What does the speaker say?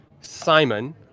Simon